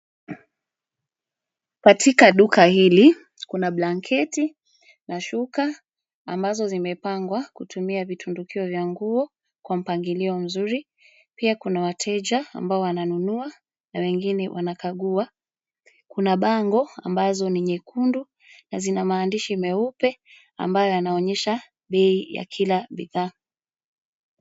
Katika duka hili , kuna blanketi na shuka ambazo zimepangwa kutumia vitundukio vya nguo kwa mpangilio mzuri . Pia kuna wateja ambao wananunua na wengine wanakagua . Kuna bango ambazo ni nyekundu na zina maandishi meupe , ambayo yanaonesha bei ya kila bidhaa.